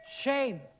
Shame